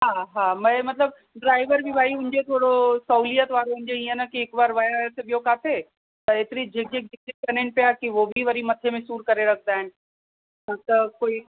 हा हा मुंहिंजो मतलबु ड्राइबर बि भाई हुजे थोरो सहुलियत वारो हुजे इअं न कि हिक बार वियासीं ॿियो किथे त हेतिरी जिग जिग जिग जिग करनि पिया कि वि बि मतलबु मथे में सूर करे रखंदा आहिनि उहो त कोई